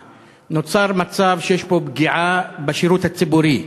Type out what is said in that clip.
נוצר מצב שיש פה פגיעה בשירות הציבורי.